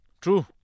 True